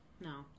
No